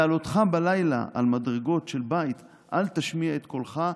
בעלותך בלילה על מדרגות של בית אל תשמיע את קולך,